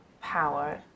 power